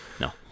No